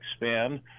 expand